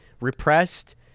repressed